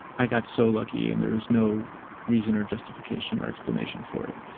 i got so lucky. and there is no reason or justification or explanation for it.